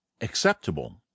Acceptable